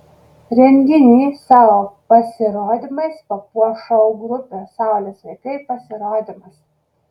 renginį savo pasirodymais papuoš šou grupės saulės vaikai pasirodymas